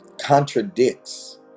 contradicts